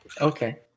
Okay